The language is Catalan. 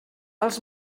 els